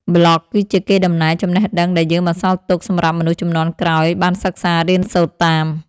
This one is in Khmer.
ប្លក់គឺជាកេរដំណែលចំណេះដឹងដែលយើងបន្សល់ទុកសម្រាប់មនុស្សជំនាន់ក្រោយបានសិក្សារៀនសូត្រតាម។